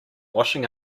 washing